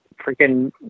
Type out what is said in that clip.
freaking